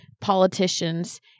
politicians